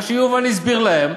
מה שיובל הסביר להם.